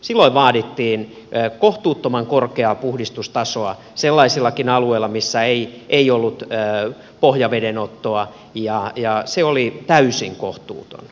silloin vaadittiin kohtuuttoman korkeaa puhdistustasoa sellaisillakin alueilla missä ei ollut pohjavedenottoa se oli täysin kohtuuton